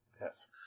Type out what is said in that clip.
Yes